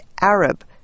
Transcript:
Arab